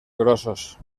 grossos